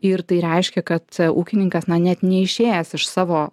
ir tai reiškia kad ūkininkas na net neišėjęs iš savo